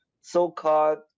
so-called